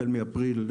החל מאפריל,